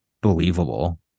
believable